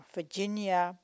Virginia